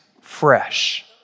fresh